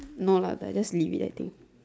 no lah I just leave it I think